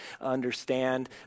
understand